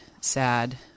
sad